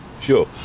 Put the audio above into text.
sure